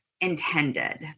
intended